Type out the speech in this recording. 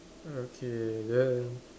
okay then